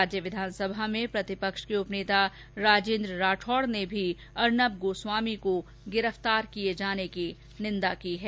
राज्य विधानसभा में प्रतिपक्ष के उप नेता राजेन्द्र राठौड़ ने भी अर्नब गोस्वामी को गिरफ्तार करने की निंदा की है